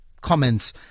comments